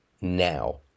now